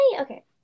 Okay